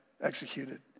executed